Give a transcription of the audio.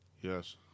Yes